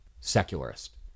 secularist